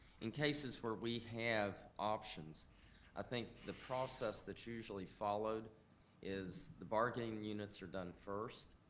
in cases where we have options i think the process that's usually followed is the bargaining units are done first.